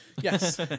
Yes